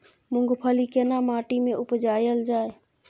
मूंगफली केना माटी में उपजायल जाय?